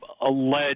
alleged